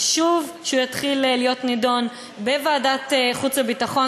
חשוב שהוא יתחיל להיות נדון בוועדת החוץ והביטחון,